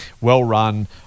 well-run